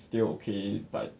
still okay but